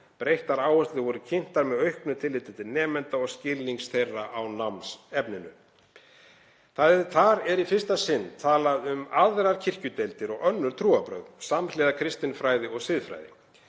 Breyttar áherslur voru kynntar, með auknu tilliti til nemenda og skilnings þeirra á námsefninu. Þar er í fyrsta sinn talað um aðrar kirkjudeildir og önnur trúarbrögð samhliða kristinfræði og siðfræði: